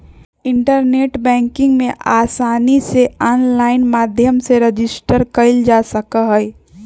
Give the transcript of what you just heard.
internet banking में आसानी से आनलाइन माध्यम से रजिस्टर कइल जा सका हई